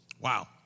Wow